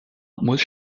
muss